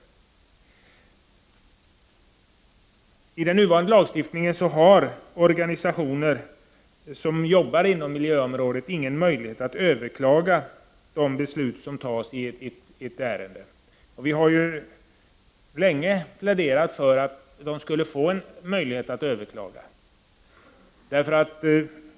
Enligt den nuvarande lagstiftningen har organisationer som arbetar inom miljöområdet ingen möjlighet att överklaga de beslut som fattas i ett ärende. Vi har länge pläderat för att de skulle få den möjligheten.